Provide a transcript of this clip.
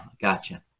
Gotcha